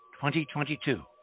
2022